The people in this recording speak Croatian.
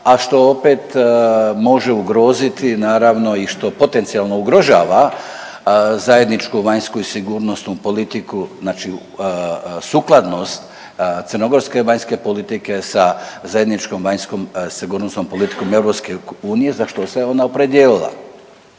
a što opet može ugroziti naravno i što potencijalno ugrožava zajedničku vanjsku i sigurnosnu politiku, znači sukladnost crnogorske vanjske politike sa zajedničkom vanjskom sigurnosnom politikom EU za što se ona opredijelila.